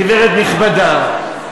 גברת נכבדה,